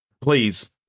Please